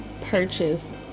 purchase